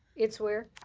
it's where?